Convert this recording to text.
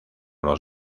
los